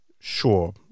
Sure